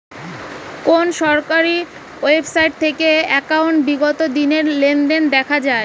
কোন সরকারি ওয়েবসাইট থেকে একাউন্টের বিগত দিনের লেনদেন দেখা যায়?